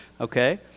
okay